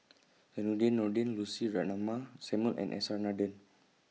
Zainudin Nordin Lucy Ratnammah Samuel and S R Nathan